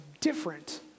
different